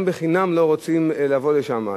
גם בחינם לא רוצים לבוא לשם,